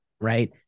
right